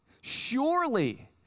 Surely